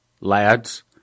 lads